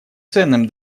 ценным